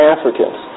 Africans